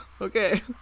Okay